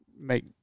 make